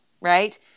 right